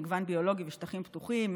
מגוון ביולוגי בשטחים פתוחים,